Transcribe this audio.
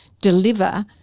deliver